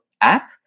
app